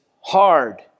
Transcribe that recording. hard